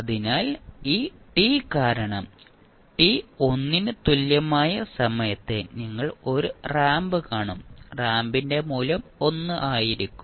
അതിനാൽ ഈ t കാരണം t 1 ന് തുല്യമായ സമയത്ത് നിങ്ങൾ ഒരു റാംപ് കാണും റാമ്പിന്റെ മൂല്യം 1 ആയി ലഭിക്കും